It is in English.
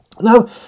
Now